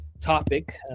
topic